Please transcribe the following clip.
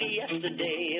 yesterday